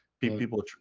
People